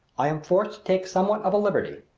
i am forced to take somewhat of a liberty.